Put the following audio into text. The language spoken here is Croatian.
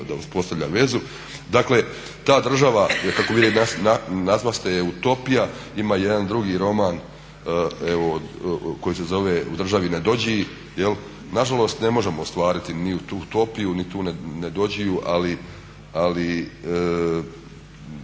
da uspostavlja vezu. Dakle, ta država je kako vi je nazvaste utopija ima jedan drugi roman koji se zove U državi Nedodžiji. Nažalost ne možemo ostvariti ni tu utopiju ni tu Nedodžiju ali